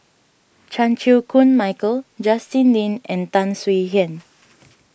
Chan Chew Koon Michael Justin Lean and Tan Swie Hian